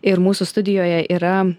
ir mūsų studijoje yra